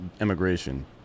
immigration